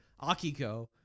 Akiko